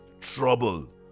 trouble